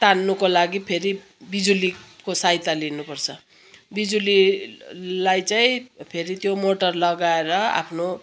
तान्नुको लागि फेरि बिजुलीको सहायता लिनु पर्छ बिजुलीलाई चाहिँ फेरि त्यो मोटर लगाएर आफ्नो